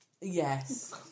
yes